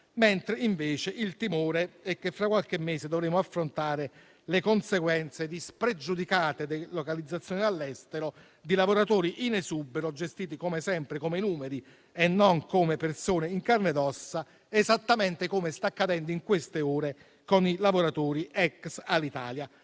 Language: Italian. Invece, il timore è che fra qualche mese dovremo affrontare le conseguenze di spregiudicate delocalizzazioni all'estero di lavoratori in esubero, gestiti, come sempre, come numeri e non come persone in carne ed ossa: esattamente come sta accadendo in queste ore ad i lavoratori ex Alitalia.